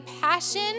passion